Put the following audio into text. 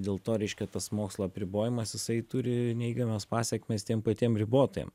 dėl to reiškia tas mokslo apribojamas jisai turi neigiamas pasekmes tiem patiem ribotojam